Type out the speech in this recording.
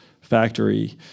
factory